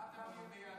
מה אתה מציע?